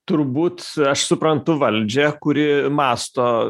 turbūt aš suprantu valdžią kuri mąsto